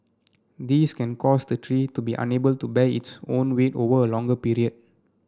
these can cause the tree to be unable to bear its own weight over a longer period